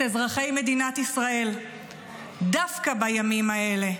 אזרחי מדינת ישראל דווקא בימים האלה,